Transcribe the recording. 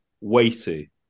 weighty